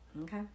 Okay